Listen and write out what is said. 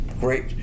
Great